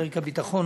בפרק הביטחון,